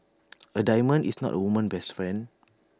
A diamond is not A woman's best friend